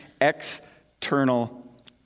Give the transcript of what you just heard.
external